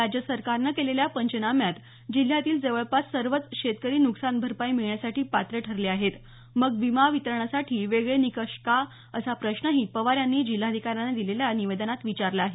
राज्य सरकारनं केलेल्या पंचनाम्यात जिल्ह्यातील जवळपास सर्वच शेतकरी नुकसानभरपाई मिळण्यासाठी पात्र ठरले आहेत मग विमा वितरणासाठी वेगळे निकष का असा प्रश्नही पवार यांनी जिल्हाधिकाऱ्यांना दिलेल्या निवेदनात विचारला आहे